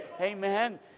Amen